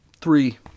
three